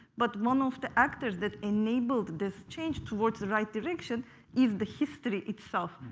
but one of the actors that enabled this change towards the right direction is the history itself,